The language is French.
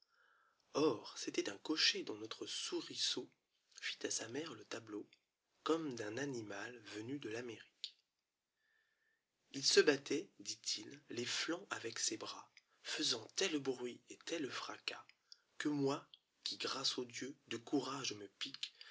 or c'était un cochet dont notre souriceau fit à sa mère le tableau ommed'un animal venu de l'amérique se battait dit ij les flancs avec ses bras faisant tel bruit et tel fracas ue moi qui grâce aux dieux de courage me pique